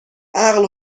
عقل